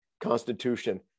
constitution